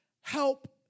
help